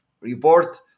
report